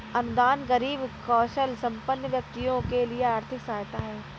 अनुदान गरीब कौशलसंपन्न व्यक्तियों के लिए आर्थिक सहायता है